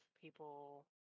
people